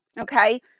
okay